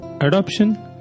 Adoption